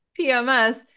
PMS